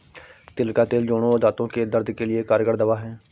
तिल का तेल जोड़ों और दांतो के दर्द के लिए एक कारगर दवा है